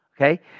okay